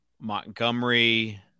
Montgomery